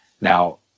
now